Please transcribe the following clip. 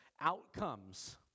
outcomes